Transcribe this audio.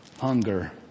hunger